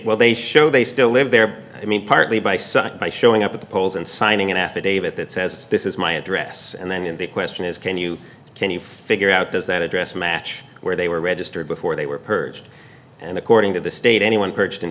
well they show they still live there i mean partly by such by showing up at the polls and signing an affidavit that says this is my address and then the question is can you can you figure out does that address match where they were registered before they were purged and according to the state anyone purged in